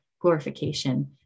glorification